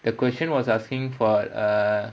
the question was asking for err